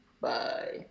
Bye